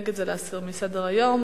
ונגד זה להסיר מסדר-היום.